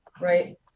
right